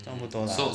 赚不多 lah